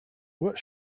what